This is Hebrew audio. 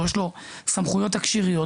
יש סמכויות תקשי"ריות,